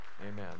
Amen